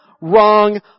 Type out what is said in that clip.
wrong